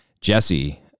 Jesse